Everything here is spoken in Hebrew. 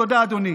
תודה, אדוני.